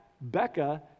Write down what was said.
Becca